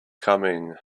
coming